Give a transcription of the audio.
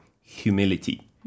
humility